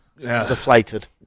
deflated